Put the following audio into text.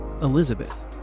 Elizabeth